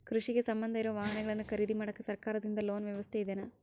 ಕೃಷಿಗೆ ಸಂಬಂಧ ಇರೊ ವಾಹನಗಳನ್ನು ಖರೇದಿ ಮಾಡಾಕ ಸರಕಾರದಿಂದ ಲೋನ್ ವ್ಯವಸ್ಥೆ ಇದೆನಾ?